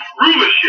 rulership